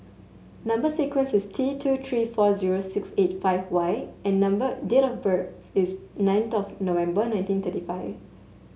number sequence is T two three four zero six eight five Y and number date of birth is ninth of November nineteen thirty five